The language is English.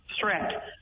threat